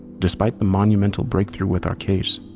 despite the monumental breakthrough with our case,